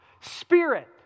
Spirit